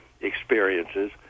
experiences